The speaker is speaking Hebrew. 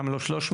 למה לא 300?